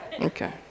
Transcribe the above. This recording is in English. Okay